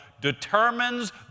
determines